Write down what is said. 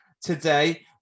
today